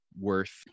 worth